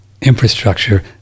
Infrastructure